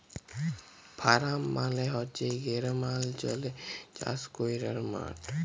farm মালে হছে গেরামালচলে চাষ ক্যরার মাঠ